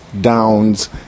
downs